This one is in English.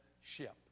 ship